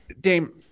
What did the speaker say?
Dame